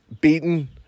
beaten